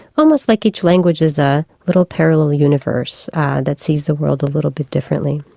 almost like each language is a little parallel universe that sees the world a little bit differently.